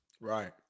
Right